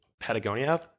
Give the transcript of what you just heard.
Patagonia